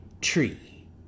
tree